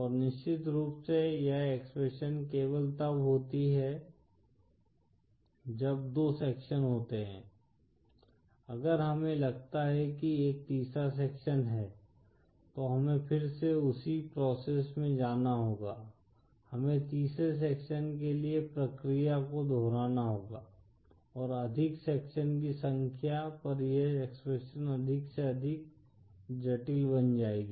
और निश्चित रूप से यह एक्सप्रेशन केवल तब होती है जब 2 सेक्शन होते हैं अगर हमें लगता है कि एक तीसरा सेक्शन है तो हमें फिर से उसी प्रोसेस में जाना होगा हमें तीसरे सेक्शन के लिए प्रक्रिया को दोहराना होगा और अधिक सेक्शन की संख्या पर यह एक्सप्रेशन अधिक से अधिक जटिल बन जाएगी